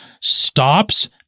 stops